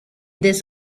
this